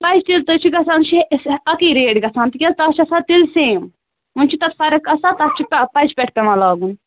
سۅے تِلہٕ چھُ گژھان شےٚ شےٚ ہتھ اَکٕے ریٹ گژھان تِکیٛاز تَتھ چھِ آسان تِلہٕ سیم وۅنۍ چھُ تَتھ فرق آسان تَتھ چھُ پَچہِ پٮٹھ پٮ۪وان لاگُن